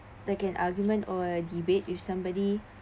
that can argument or debate if somebody